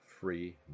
free